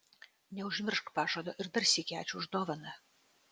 neužmiršk pažado ir dar sykį ačiū už dovaną